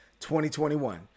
2021